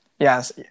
Yes